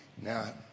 now